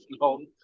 long